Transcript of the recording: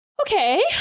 okay